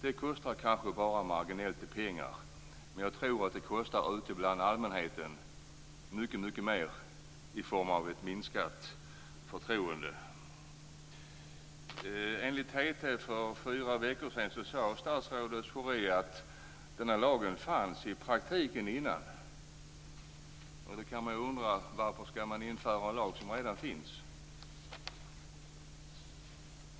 Det kostar kanske bara marginellt i pengar, men jag tror att det kostar mycket mer ute bland allmänheten i form av ett minskat förtroende. Enligt TT för fyra veckor sedan sade statsrådet Schori att den här lagen fanns i praktiken tidigare. Då kan man undra varför man skall införa en lag som redan finns.